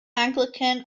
anglican